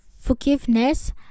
forgiveness